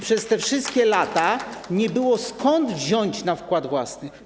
Przez te wszystkie lata nie było skąd wziąć na wkład własny.